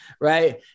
right